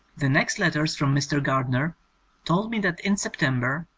the next letters from mr. gardner told me that in september,